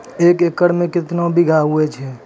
एक एकरऽ मे के बीघा हेतु छै?